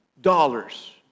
dollars